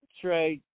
Trey